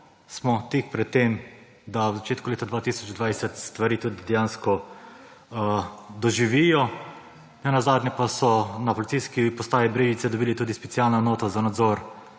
smo tik pred tem, da v začetku leta 2022 stvari tudi dejansko doživijo. Nenazadnje pa so na Policijski postaji Brežice dobili tudi specializirano enoto za nadzor